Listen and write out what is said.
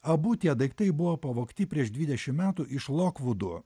abu tie daiktai buvo pavogti prieš dvidešimt metų iš lokvudų